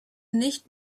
nicht